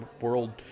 world